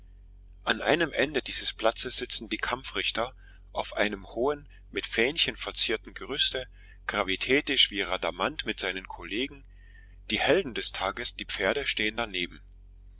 an einem ende dieses platzes sitzen die kampfrichter auf einem hohen mit fähnchen verzierten gerüste gravitätisch wie rhadamant mit seinen kollegen die helden des tags die pferde stehen daneben